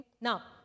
Now